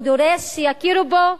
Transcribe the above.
הוא דורש שיכירו בו,